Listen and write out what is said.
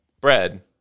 bread